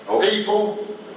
People